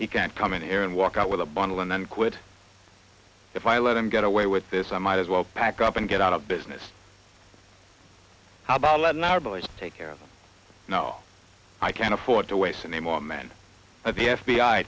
he can't come in here and walk out with a bottle and then quit if i let him get away with this i might as well pack up and get out of business how about letting our boys take care of them now i can't afford to waste any more man at the f